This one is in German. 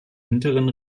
hinteren